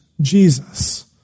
Jesus